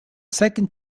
second